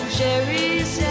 cherries